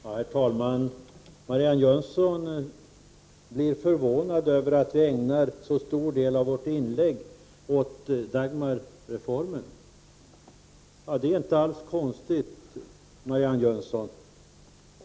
Herr talman! Marianne Jönsson blir förvånad över att vi ägnar så stor del av våra inlägg åt Dagmarreformen. Det är inte alls konstigt, Marianne Jönsson.